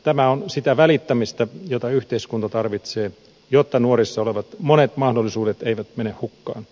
tämä on sitä välittämistä jota yhteiskunta tarvitsee jotta nuorissa olevat monet mahdollisuudet eivät mene hukkaan